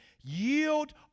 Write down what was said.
yield